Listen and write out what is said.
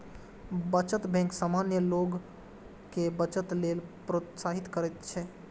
बचत बैंक सामान्य लोग कें बचत लेल प्रोत्साहित करैत छैक